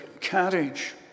carriage